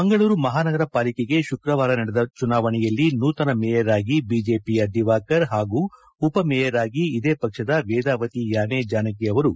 ಮಂಗಳೂರು ಮಹಾನಗರ ಪಾಲಿಕೆಗೆ ಶುಕ್ರವಾರ ನಡೆದ ಚುನಾವಣೆಯಲ್ಲಿ ನೂತನ ಮೇಯರ್ ಆಗಿ ಬಿಜೆಪಿಯ ದಿವಾಕರ್ ಹಾಗೂ ಉಪ ಮೇಯರ್ ಆಗಿ ಇದೇ ಪಕ್ಷದ ವೇದಾವತಿ ಯಾನೆ ಜಾನಕಿ ಅವರು ಆಯ್ಕೆಗೊಂಡಿದ್ದಾರೆ